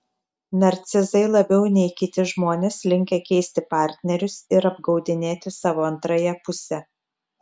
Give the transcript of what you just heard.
narcizai labiau nei kiti žmonės linkę keisti partnerius ir apgaudinėti savo antrąją pusę